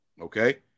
okay